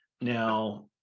Now